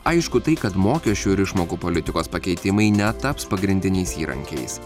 aišku tai kad mokesčių ir išmokų politikos pakeitimai netaps pagrindiniais įrankiais